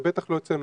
זה בטח לא אצלנו,